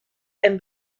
and